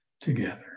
together